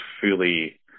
fully